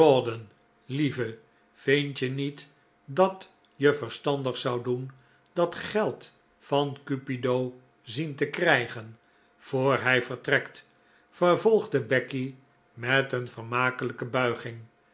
lieve vind je niet dat je verstandig zou doen dat geld van cupido zien te krijgen voor hij vertrekt vervolgde becky met een vermakelijke buiging